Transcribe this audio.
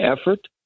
effort